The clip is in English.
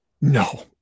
No